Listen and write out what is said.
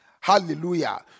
Hallelujah